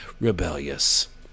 rebellious